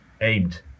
aimed